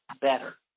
better